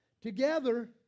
together